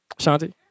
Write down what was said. Shanti